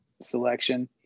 selection